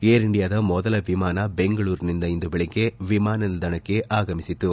air ಇಂಡಿಯಾದ ಮೊದಲ ವಿಮಾನ ಬೆಂಗಳೂರಿನಿಂದ ಇಂದು ಬೆಳಗ್ಗೆ ವಿಮಾನ ನಿಲ್ದಾಣಕ್ಕೆ ಆಗಮಿಸಿತು